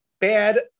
bad